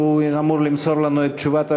שאמור למסור לנו את תשובת הממשלה.